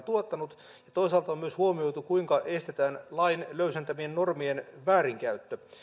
tuottanut että toisaalta on huomioitu myös kuinka estetään lain löysentämien normien väärinkäyttö